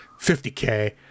50K